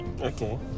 okay